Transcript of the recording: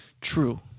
True